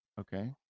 Okay